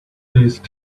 please